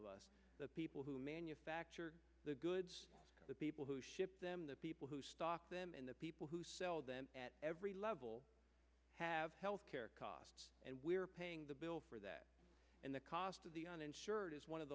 of us the people who manufacture the goods the people who ship them the people who stock them and the people who sell them at every level have health care costs and we're paying the bill for that and the cost of the uninsured is one of